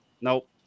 nope